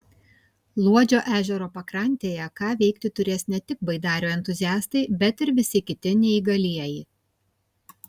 luodžio ežero pakrantėje ką veikti turės ne tik baidarių entuziastai bet ir visi kiti neįgalieji